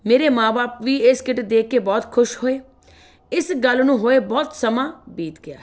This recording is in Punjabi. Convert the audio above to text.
ਮੇਰੇ ਮਾਂ ਬਾਪ ਵੀ ਇਹ ਸਕਿਟ ਦੇਖ ਕੇ ਬਹੁਤ ਖੁਸ਼ ਹੋਏ ਇਸ ਗੱਲ ਨੂੰ ਹੋਏ ਬਹੁਤ ਸਮਾਂ ਬੀਤ ਗਿਆ ਹੈ